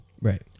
Right